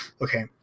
Okay